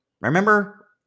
remember